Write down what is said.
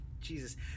Jesus